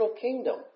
kingdom